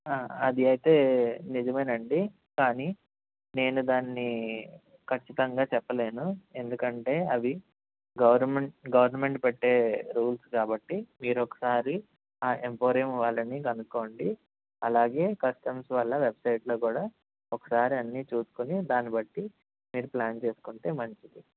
అది అయితే నిజమేనండి కానీ నేను దాన్ని ఖచ్చితంగా చెప్పలేను ఎందుకంటే అవి గవర్నమెంట్ గవర్నమెంట్ పెట్టే రూల్స్ కాబట్టి మీరు ఒకసారి ఆ ఎంపోరియం వాళ్ళని కనుక్కోండి అలాగే కస్టమ్స్ వాళ్ళ వెబ్సైట్లో కూడా ఒకసారి అన్నీ చూసుకుని దాన్ని బట్టి మీరు ప్లాన్ చేసుకుంటే మంచిది